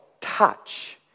touch